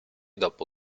dopo